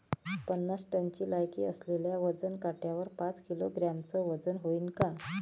पन्नास टनची लायकी असलेल्या वजन काट्यावर पाच किलोग्रॅमचं वजन व्हईन का?